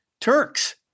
Turks